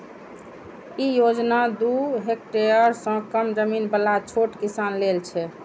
ई योजना दू हेक्टेअर सं कम जमीन बला छोट किसान लेल छै